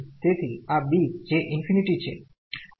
તેથી આ b જે ∞ છે